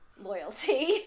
loyalty